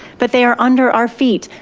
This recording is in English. but they are under our feet,